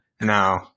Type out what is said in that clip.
No